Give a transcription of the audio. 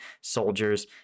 soldiers